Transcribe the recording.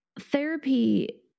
Therapy